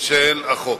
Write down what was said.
של התאגיד.